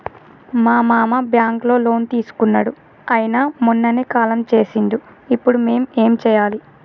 మా మామ బ్యాంక్ లో లోన్ తీసుకున్నడు అయిన మొన్ననే కాలం చేసిండు ఇప్పుడు మేం ఏం చేయాలి?